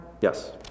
Yes